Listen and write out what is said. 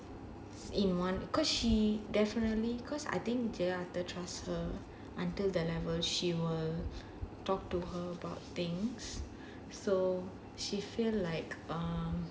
in one because she definitely because I think jarater trust her until the level she will talk to her about things so she feel like um